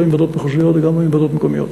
לא עם ועדות מחוזיות וגם לא עם ועדות מקומיות.